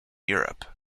europe